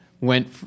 went